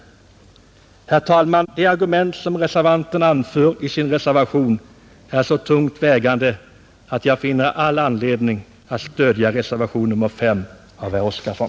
Herr talman! De argument som reservanten anför i sin reservation är så tungt vägande att jag finner all anledning att stödja reservationen 5 av herr Oskarson,